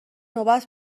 نوبت